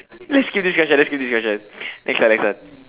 let's skip this question let's skip this question next one next one